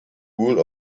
rule